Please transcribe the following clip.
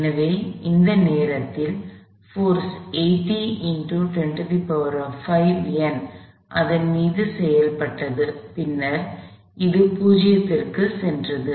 எனவே இந்த நேரத்தில் போர்ஸ் 80x 105 N அதன் மீது செயல்பட்டது பின்னர் அது 0 க்கு சென்றது